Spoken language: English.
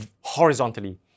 horizontally